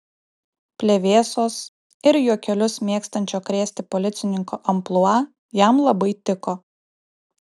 plevėsos ir juokelius mėgstančio krėsti policininko amplua jam labai tiko